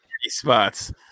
spots